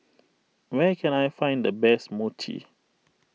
where can I find the best Mochi